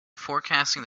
forecasting